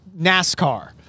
NASCAR